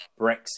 Brexit